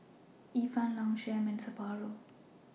Ifan Longchamp and Sapporo